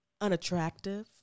unattractive